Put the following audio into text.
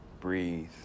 breathe